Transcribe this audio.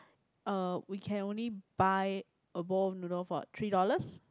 uh we can only buy a bowl of noodle for three dollars